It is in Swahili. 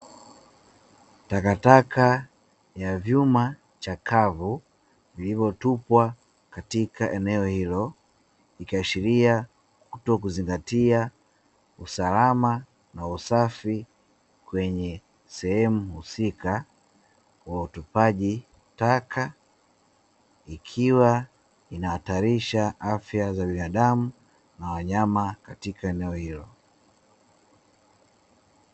Takataka ya vyuma chakavu vilivyotupwa katika eneo hilo, ikiashiria kutozingatia usalama na usafi kwenye sehemu husika, wa utupaji taka ikiwa inahatarisha afya za binadamu na wanyama katika eneo hilo.